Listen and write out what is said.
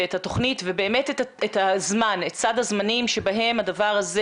את התוכנית ואת סד הזמנים שבהם הדבר הזה